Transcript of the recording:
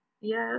Yes